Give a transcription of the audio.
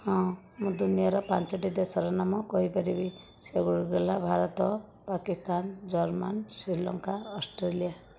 ହଁ ମୁଁ ଦୁନିଆର ପାଞ୍ଚଟି ଦେଶର ନାମ କହିପାରିବି ସେ ଗୁଡ଼ିକ ହେଲା ଭାରତ ପାକିସ୍ତାନ ଜର୍ମାନ ଶ୍ରୀଲଙ୍କା ଅଷ୍ଟ୍ରେଲିଆ